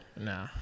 No